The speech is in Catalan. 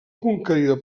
conquerida